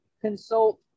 consult